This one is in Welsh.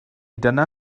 dyna